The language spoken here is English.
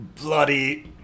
bloody